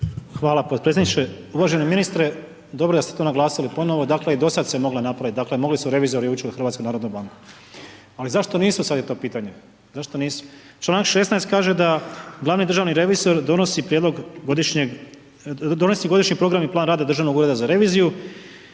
Uvaženi ministre, dobro da ste to naglasili ponovno, dakle i dosad se moglo napraviti, dakle mogli su revizori ući u HNB. Ali zašto nisu, sad je to pitanje, zašto nisu? Članak 16. kaže da glavni državni revizor donosi godišnji program i plan rada Državnog ureda za reviziju